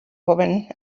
woman